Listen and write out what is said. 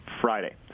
Friday